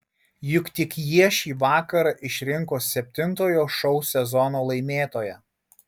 juk tik jie šį vakarą išrinko septintojo šou sezono laimėtoją